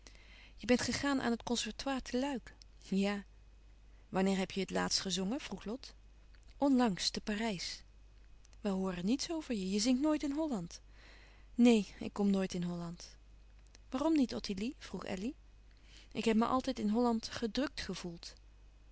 je bent gegaan aan het conservatoire te luik ja wanneer heb je het laatst gezongen vroeg lot onlangs te parijs wij hooren niets over je je zingt nooit in holland neen ik kom nooit in holland waarom niet ottilie vroeg elly ik heb me altijd in holland gedrukt gevoeld